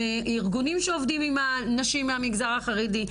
עם ארגונים שעובדים עם הנשים מהמגזר החרדי,